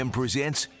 presents